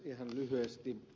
ihan lyhyesti